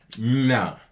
Nah